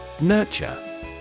Nurture